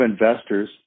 investors